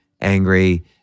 angry